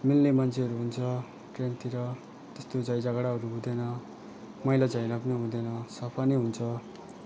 मिल्ने मान्छेहरू हुन्छ ट्रेनतिर त्यस्तो झै झगडाहरू हुँदैन मैलाधैला पनि हुँदैन सफा नै हुन्छ